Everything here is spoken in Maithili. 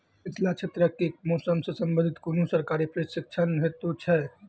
मिथिला क्षेत्रक कि मौसम से संबंधित कुनू सरकारी प्रशिक्षण हेतु छै?